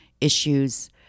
issues